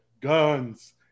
guns